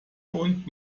und